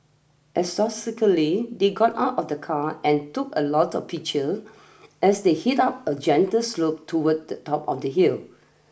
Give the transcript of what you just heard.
they got out of the car and took a lot of picture as they hit up a gentle slope toward the top of the hill